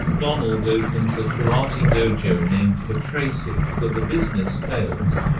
donald opens a karate dojo named for tracy, but the business fails.